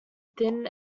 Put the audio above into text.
thin